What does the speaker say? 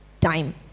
time